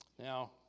Now